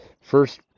first